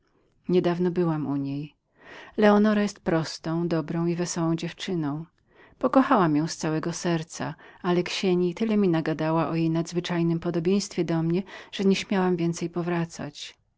niedawno byłam u niej leonora jest to prosta dobra i wesoła dziewczyna pokochałam ją z całego serca ale ksieni tyle mi nagadała o jej nadzwyczajnem podobieństwie do mnie że nie śmiałam więcej powrócić